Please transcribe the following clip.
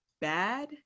bad